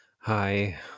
hi